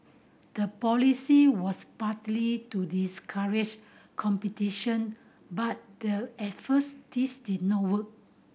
the policy was partly to discourage competition but the at first this did not work